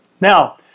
Now